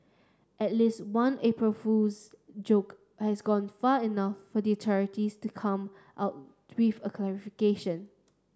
at least one April Fool's joke has gone far enough for the authorities to come out to with a clarification